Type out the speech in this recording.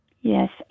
Yes